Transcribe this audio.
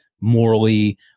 morally